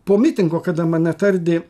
po mitingo kada mane tardė